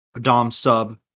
dom-sub